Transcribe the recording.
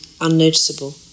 unnoticeable